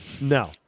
No